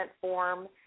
form